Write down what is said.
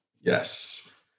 Yes